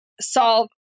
solve